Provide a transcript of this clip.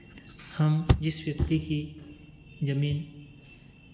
हम जिस व्यक्ति की ज़मीन